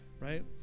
right